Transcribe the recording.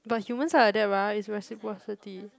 but humans are like that right it's reciprocity